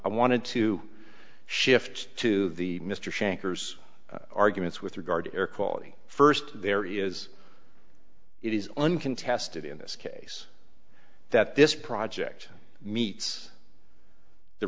wanted to shift to the mr shanker arguments with regard to air quality first there is it is uncontested in this case that this project meets the